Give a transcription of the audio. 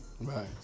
Right